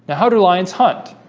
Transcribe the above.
how do lions hunt